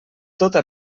tota